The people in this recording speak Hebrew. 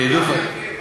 מה הצפי?